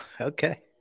okay